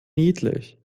niedlich